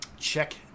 Check